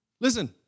Listen